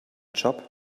job